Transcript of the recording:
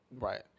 Right